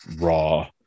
raw